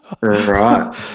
Right